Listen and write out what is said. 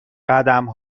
قدم